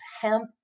hemp